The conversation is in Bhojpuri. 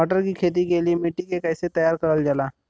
मटर की खेती के लिए मिट्टी के कैसे तैयार करल जाला?